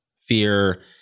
fear